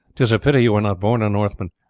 tis a pity you were not born a northman,